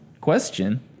question